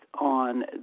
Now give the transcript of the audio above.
on